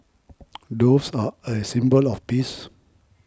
doves are a symbol of peace